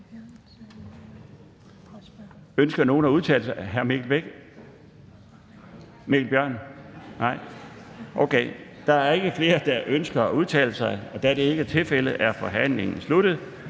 Kirsten Normann Andersen. Er der flere, der ønsker at udtale sig? Da det ikke er tilfældet, er forhandlingen sluttet,